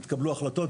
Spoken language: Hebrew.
יתקבלו החלטות,